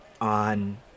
on